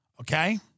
Okay